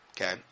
Okay